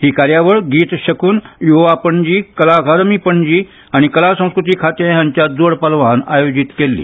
ही कार्यावळ गीत शकून यूवा पणजी कला अकादमी पणजी आनी कला संस्कृती खातें हांच्या जोड पालवान आयोजीत केल्ली